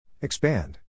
Expand